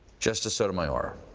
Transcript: justice sotomayor,